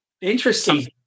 Interesting